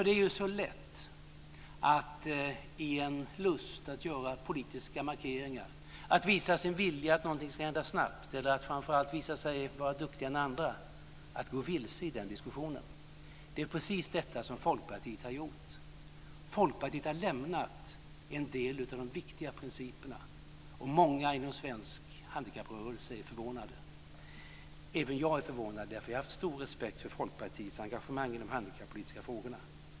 Det är ju så lätt att i en lust att göra politiska markeringar, visa sin vilja att någonting ska hända snabbt eller att framför allt visa sig duktigare än andra gå vilse i den diskussionen. Det är precis detta som Folkpartiet har gjort. Folkpartiet har lämnat en del av de viktiga principerna, och många inom svensk handikapprörelse är förvånade. Även jag är förvånad, för jag har haft stor respekt för Folkpartiets engagemang i de handikappolitiska frågorna.